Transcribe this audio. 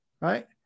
Right